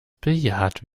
bejaht